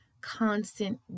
constant